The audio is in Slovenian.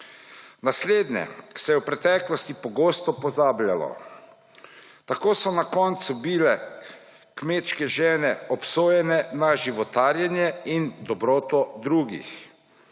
Naslednje. V preteklosti se je pogosto pozabljalo tako so na koncu bile kmečke žene obsojanje na životarjenje in dobroto drugih.